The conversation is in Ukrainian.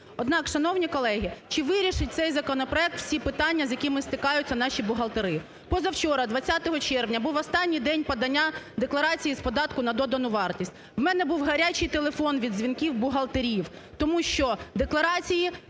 Однак, шановні колеги, чи вирішить цей законопроект всі питання з якими стикаються наші бухгалтери? Позавчора 20 червня був останній день подання декларації з податку на додану вартість у мене був гарячий телефон від дзвінків бухгалтерів, тому що декларації